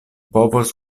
povos